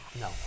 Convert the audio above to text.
no